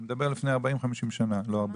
אני מדבר לפני 40 50 שנה, לא הרבה.